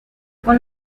con